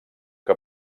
que